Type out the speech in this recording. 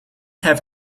have